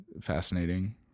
fascinating